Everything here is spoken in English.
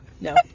no